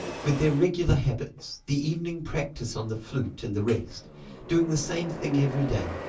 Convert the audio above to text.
with their regular habits, the evening practise on the flute and the rest doing the same thing every day.